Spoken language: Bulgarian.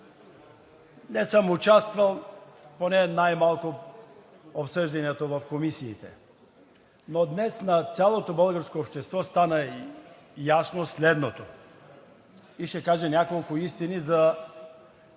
не съм участвал, поне най-малко в обсъжданията в комисиите. Но днес на цялото българско общество стана ясно следното и ще кажа няколко истини за